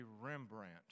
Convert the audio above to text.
Rembrandt